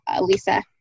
Lisa